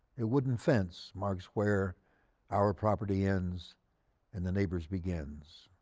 a wooden fence marks where our property ends and the neighbor's begins.